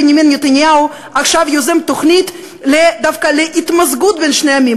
בנימין נתניהו עכשיו יוזם תוכנית דווקא להתמזגות בין שני העמים,